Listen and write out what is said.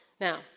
Now